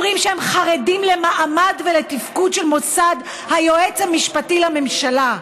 והם אומרים שהם חרדים למעמד ולתפקוד של מוסד היועץ המשפטי לממשלה.